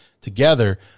together